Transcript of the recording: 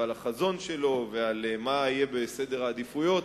על החזון שלו ועל מה יהיה בסדר העדיפויות.